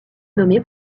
nommé